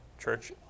church